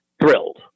thrilled